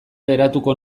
geratuko